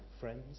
friends